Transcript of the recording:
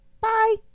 bye